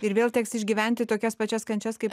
ir vėl teks išgyventi tokias pačias kančias kaip